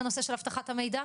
בנושא של אבטחת המידע,